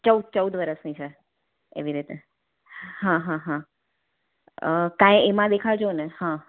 ચૌદ ચૌદ વરસની છે એવી રીતે હા હા હા કંઈ એમાં દેખાડજો ને હ